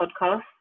podcast